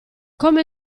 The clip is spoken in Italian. come